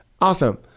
Awesome